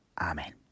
Amen